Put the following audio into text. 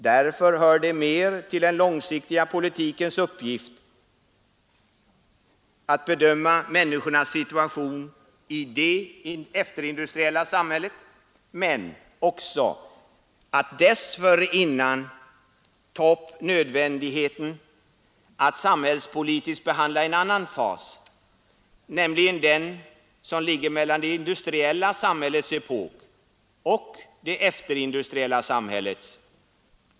Därför hör det mer till den långsiktiga politikens uppgift att bedöma människornas situation i det efterindustriella samhället men också att dessförinnan ta upp nödvändigheten att samhällspolitiskt behandla en annan fas nämligen den som ligger mellan det industriella samhällets epok och det efterindustriella samhällets.